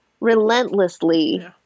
relentlessly